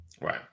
right